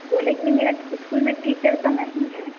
बोले कि मेरा इस्कूल में टीचर तो नहीं है